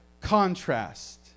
contrast